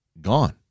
gone